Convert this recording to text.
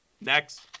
Next